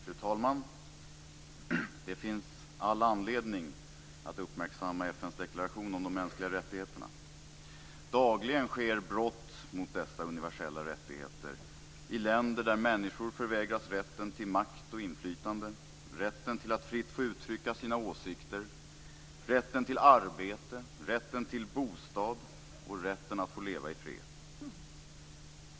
Fru talman! Det finns all anledning att uppmärksamma FN:s deklaration om de mänskliga rättigheterna. Dagligen sker brott mot dessa universella rättigheter i länder där människor förvägras rätten till makt och inflytande, rätten till att fritt få uttrycka sina åsikter, rätten till arbete, rätten till bostad och rätten att få leva i fred.